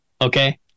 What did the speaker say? Okay